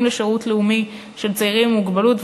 לשירות לאומי של צעירים עם מוגבלות,